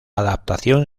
adaptación